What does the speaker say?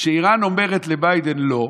כשאיראן אומרת לביידן לא,